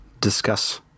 discuss